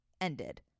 ended